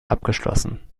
abgeschlossen